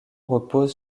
repose